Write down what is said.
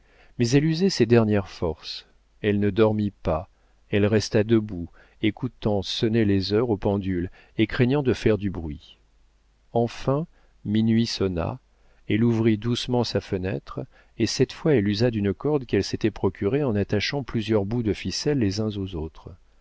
mais elle usait ses dernières forces elle ne dormit pas elle resta debout écoutant sonner les heures aux pendules et craignant de faire du bruit enfin minuit sonna elle ouvrit doucement sa fenêtre et cette fois elle usa d'une corde qu'elle s'était procurée en attachant plusieurs bouts de ficelle les uns aux autres